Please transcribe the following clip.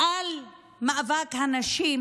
על מאבק הנשים